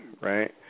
right